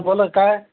बोला काय